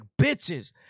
bitches